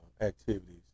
activities